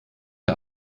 der